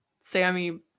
Sammy